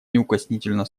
неукоснительно